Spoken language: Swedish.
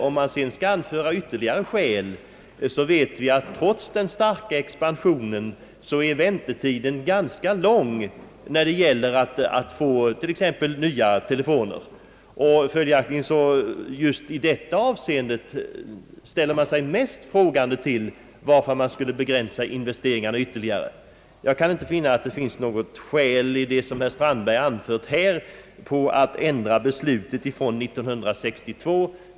Om man sedan skall anföra ytterligare skäl, så vet vi att trots den starka expansionen inom televerket väntetiden är lång t.ex. när det gäller att få nya telefoner. Därför ställer man sig just i detta avseende särskilt frågande till tanken att begränsa investeringarna ytterligare. I det som herr Strandberg nu anfört kan jag inte finna något skäl att ändra beslutet från 1962.